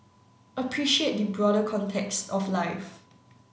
appreciate the broader context of life